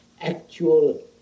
actual